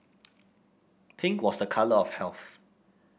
pink was a colour of health